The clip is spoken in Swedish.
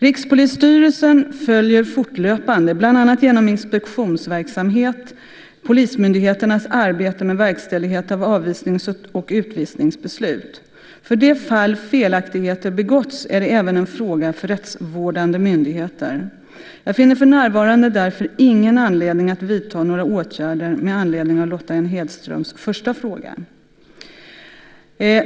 Rikspolisstyrelsen följer fortlöpande, bland annat genom inspektionsverksamhet, polismyndigheternas arbete med verkställighet av avvisnings och utvisningsbeslut. För det fall felaktigheter begåtts är det även en fråga för rättsvårdande myndigheter. Jag finner för närvarande därför ingen anledning att vidta några åtgärder med anledning av Lotta N Hedströms första fråga.